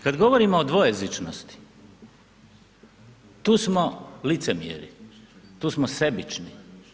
Kad govorimo o dvojezičnosti, tu smo licemjeri, tu smo sebični.